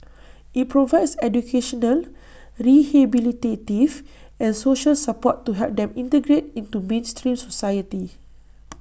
IT provides educational rehabilitative and social support to help them integrate into mainstream society